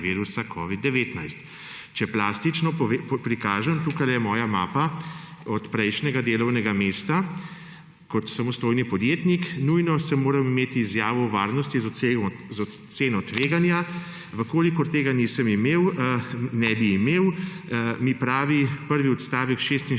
virusa covida-19. Če plastično prikažem, tukaj je moja mapa od prejšnjega delovnega mesta kot samostojnega podjetnika, nujno sem moral imeti izjavo o varnosti z oceno tveganja. Če tega ne bi imel, mi pravi prvi odstavek 76.